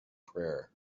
prayer